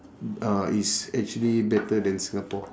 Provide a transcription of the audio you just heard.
uh it's actually better than singapore